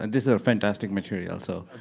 and this is fantastic material. so